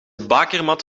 bakermat